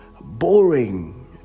boring